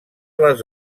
les